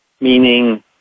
Meaning